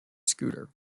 scooter